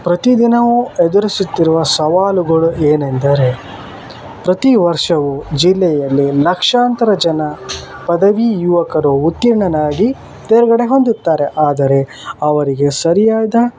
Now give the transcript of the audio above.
ಪ್ರತಿದಿನವು ಎದುರಿಸುತ್ತಿರುವ ಸವಾಲುಗಳು ಏನೆಂದರೆ ಪ್ರತಿ ವರ್ಷವು ಜಿಲ್ಲೆಯಲ್ಲಿ ಲಕ್ಷಾಂತರ ಜನ ಪದವಿ ಯುವಕರು ಉತ್ತೀರ್ಣನಾಗಿ ತೇರ್ಗಡೆ ಹೊಂದುತ್ತಾರೆ ಆದರೆ ಅವರಿಗೆ ಸರಿಯಾದ